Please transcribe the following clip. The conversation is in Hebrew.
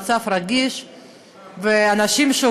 במצב היום נשות קבע ואנשי קבע,